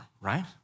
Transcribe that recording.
right